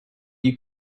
you